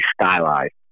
stylized